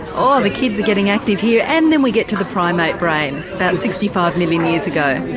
oh the kids are getting active here. and then we get to the primate brain about sixty five million years ago.